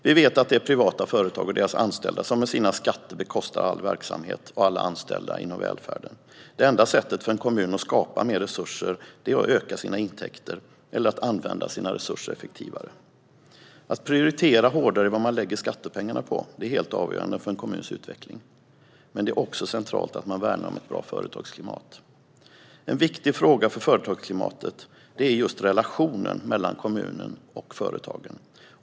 Vi vet att det är privata företag och deras anställda som med sina skatter bekostar all verksamhet och alla anställda inom välfärden. Det enda sättet för en kommun att skapa mer resurser är att öka sina intäkter eller att använda sina resurser effektivare. Att prioritera hårdare i vad man lägger skattepengarna på är helt avgörande för en kommuns utveckling. Men det är också centralt att man värnar om ett bra företagsklimat. En viktig fråga för företagsklimatet är just relationen mellan kommunen och företagen.